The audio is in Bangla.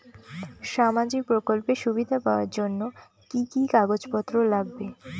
সামাজিক প্রকল্পের সুবিধা পাওয়ার জন্য কি কি কাগজ পত্র লাগবে?